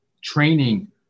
training